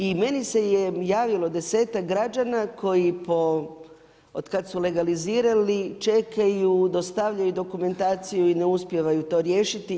I meni se je javilo desetak građana koji po od kada su legalizirali čekaju, dostavljaju dokumentaciju i ne uspijevaju to riješiti.